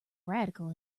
radical